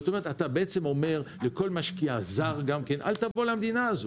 אתה בעצם אומר לכל משקיע זר: אל תבוא למדינה הזאת.